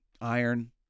iron